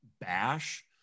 bash